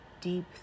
deep